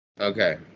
Okay